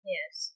Yes